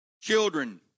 Children